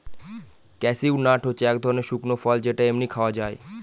cashew nut হচ্ছে এক ধরনের শুকনো ফল যেটা এমনি খাওয়া যায়